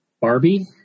Barbie